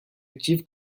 active